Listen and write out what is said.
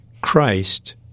Christ